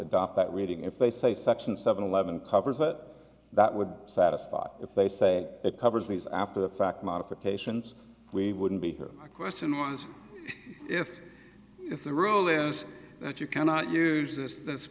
adopt that waiting if they say section seven eleven covers that that would satisfy if they say it covers these after the fact modifications we wouldn't be here my question was if if the rule is that you cannot use this